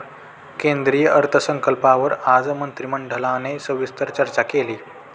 केंद्रीय अर्थसंकल्पावर आज मंत्रिमंडळाने सविस्तर चर्चा केली